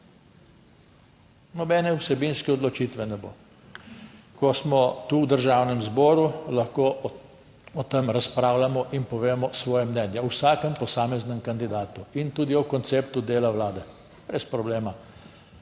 nobene vsebinske odločitve ne bo. Ko smo tu v Državnem zboru, lahko o tem razpravljamo in povemo svoje mnenje o vsakem posameznem kandidatu in tudi o konceptu dela vlade brez problema.